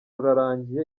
urarangiye